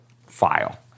file